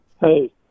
hey